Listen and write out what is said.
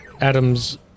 Adam's